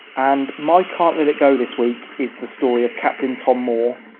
and my can't let it go this week is the story of captain tom moore,